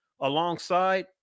alongside